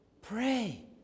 Pray